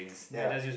ya